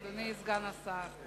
אדוני סגן השר,